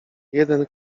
jeden